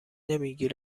نمیگی